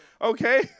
okay